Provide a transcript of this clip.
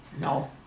No